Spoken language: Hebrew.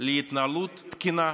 להתנהלות תקינה.